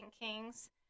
Kings